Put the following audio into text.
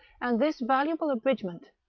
and this valuable abridgment,